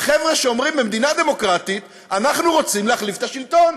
חבר'ה שאומרים במדינה דמוקרטית: אנחנו רוצים להחליף את השלטון.